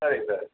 சரி சார்